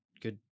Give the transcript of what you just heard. good